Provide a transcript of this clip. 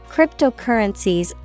Cryptocurrencies